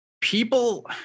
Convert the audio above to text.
People